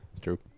True